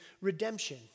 redemption